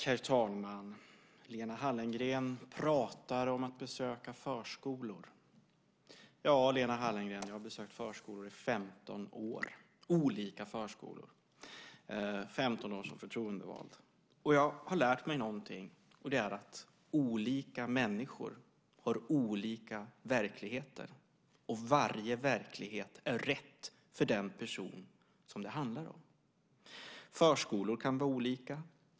Herr talman! Lena Hallengren pratar om att besöka förskolor. Ja, Lena Hallengren, jag har besökt förskolor i 15 år som förtroendevald - olika förskolor. Och jag har lärt mig någonting. Det är att olika människor har olika verkligheter, och varje verklighet är rätt för den person som det handlar om. Förskolor kan vara olika.